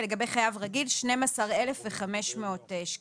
לגבי חייב רגיל 12,500 שקלים.